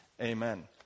Amen